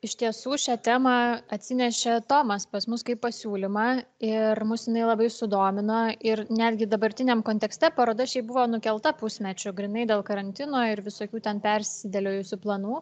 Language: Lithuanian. iš tiesų šią temą atsinešė tomas pas mus kaip pasiūlymą ir mus jinai labai sudomino ir netgi dabartiniam kontekste paroda šiaip buvo nukelta pusmečiui grynai dėl karantino ir visokių ten persidėliojusių planų